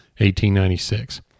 1896